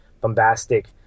bombastic